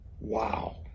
Wow